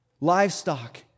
livestock